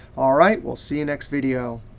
all right, we'll see you next video.